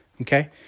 okay